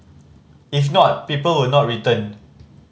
if not people will not return